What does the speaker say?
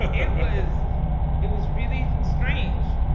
it was it was really strange,